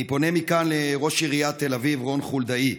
אני פונה מכאן לראש עיריית תל אביב רון חולדאי: